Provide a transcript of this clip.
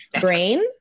brain